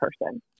person